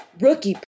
rookie